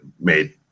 made